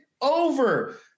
over